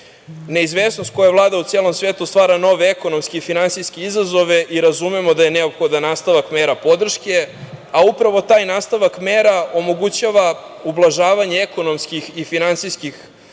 stabilna. Neizvesnost koja vlada u celom svetu stvara nove ekonomske i finansijske izazove i razumemo da je neophodan nastavak mera podrške, a upravo taj nastavak mera omogućava ublažavanje ekonomskih i finansijskih